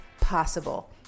possible